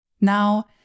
Now